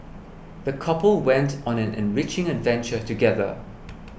the couple went on an enriching adventure together